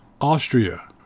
Austria